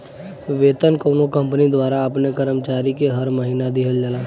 वेतन कउनो कंपनी द्वारा अपने कर्मचारी के हर महीना दिहल जाला